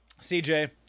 CJ